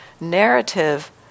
narrative